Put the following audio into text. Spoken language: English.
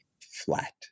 flat